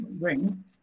ring